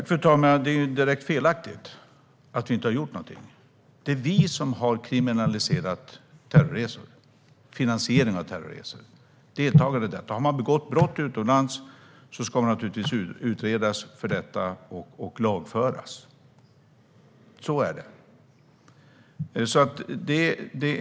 Fru talman! Det är direkt fel att vi inte skulle ha gjort något. Det är ju vi som har kriminaliserat terrorresorna. Vi har kriminaliserat finansiering av terrorresor och deltagande i dem. Har man begått brott utomlands ska man naturligtvis utredas och lagföras för det. Så är det.